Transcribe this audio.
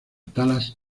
talas